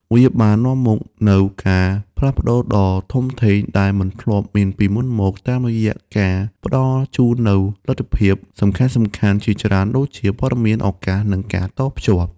វាបាននាំមកនូវការផ្លាស់ប្តូរដ៏ធំធេងដែលមិនធ្លាប់មានពីមុនមក តាមរយៈការផ្តល់ជូននូវលទ្ធភាពសំខាន់ៗជាច្រើន ដូចជា ព័ត៌មាន ឱកាស និងការតភ្ជាប់។